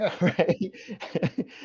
right